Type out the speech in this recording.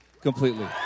completely